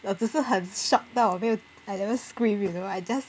我只是很 shock 到我没有 I never scream you know I just